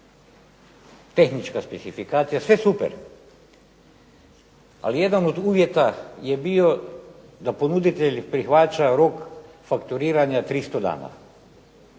tehnička specifikacija, sve super, ali jedan od uvjeta je bio da ponuditelj prihvaća rok fakturiranja 300 dana,